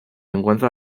encuentra